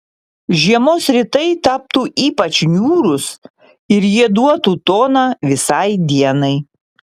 žiemos rytai taptų ypač niūrūs ir jie duotų toną visai dienai